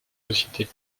société